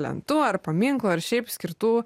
lentų ar paminklų ar šiaip skirtų